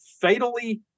fatally